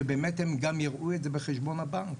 שבאמת הם גם יראו את זה בחשבון הבנק.